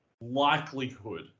likelihood